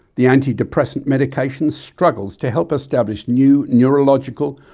the antidepressant medication struggles to help establish new neurological,